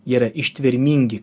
jie yra ištvermingi